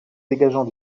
dégageant